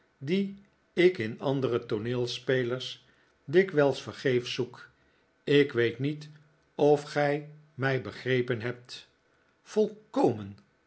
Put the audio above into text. die ik in andere tooneelspelers dikwijls vergeefs zoek ik weet niet of gij mij begrepen hebt volkomen